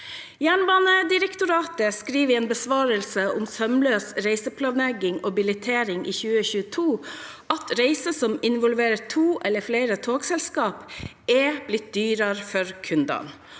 Jernbanedirektoratet skriver i en besvarelse fra 2022 om sømløs reiseplanlegging og billettering at reiser som involverer to eller flere togselskaper, er blitt dyrere for kundene.